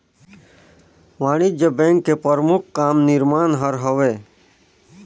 वाणिज्य बेंक के परमुख काम निरमान हर हवे